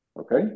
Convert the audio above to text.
Okay